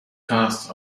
cast